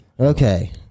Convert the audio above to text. Okay